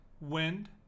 Wind